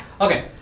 Okay